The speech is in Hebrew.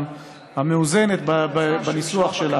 המאוזנת בניסוח שלה.